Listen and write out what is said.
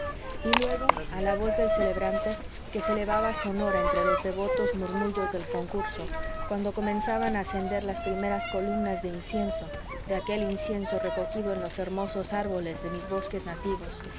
y luego a la voz del celebrante que se elevaba sonora entre los devotos murmullos del concurso cuando comenzaban a ascender las primeras columnas de incienso de aquel incienso recogido en los hermosos árboles de mis bosques nativos